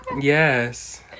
Yes